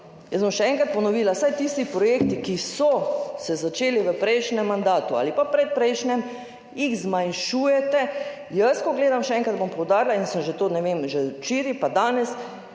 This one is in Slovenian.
jaz bom še enkrat ponovila, vsaj tisti projekti, ki so se začeli v prejšnjem mandatu ali pa v predprejšnjem, jih zmanjšujete. Jaz, ko gledam, še enkrat bom poudarila in sem že to že včeraj in danes,